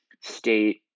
state